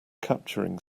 capturing